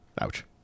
Ouch